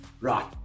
right